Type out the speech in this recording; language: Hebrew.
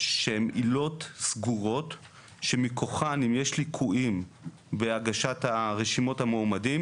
שהן עילות סגורות שמתוכן אם יש ליקויים בהגשת רשימות המועמדים,